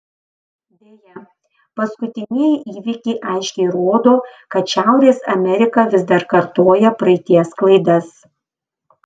deja paskutinieji įvykiai aiškiai rodo kad šiaurės amerika vis dar kartoja praeities klaidas